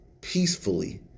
peacefully